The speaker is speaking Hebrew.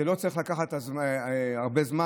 זה לא צריך לקחת הרבה זמן.